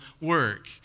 work